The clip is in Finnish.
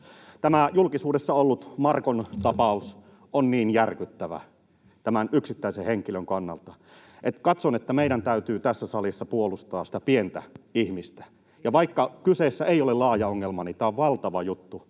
Tämä julkisuudessa ollut Markon tapaus on niin järkyttävä tämän yksittäisen henkilön kannalta, että katson, että meidän täytyy tässä salissa puolustaa sitä pientä ihmistä. Vaikka kyseessä ei ole laaja ongelma, niin tämä on valtava juttu